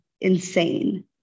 insane